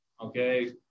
Okay